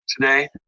today